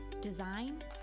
Design